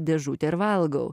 dėžutę ir valgau